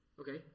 Okay